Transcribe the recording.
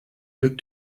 look